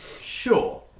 sure